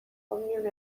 omnium